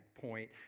point